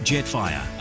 Jetfire